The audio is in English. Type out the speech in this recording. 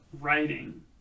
writing